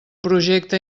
projecte